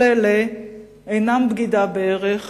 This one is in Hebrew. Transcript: כל אלה אינם בגידה בערך,